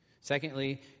Secondly